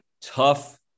tough